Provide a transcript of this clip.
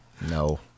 No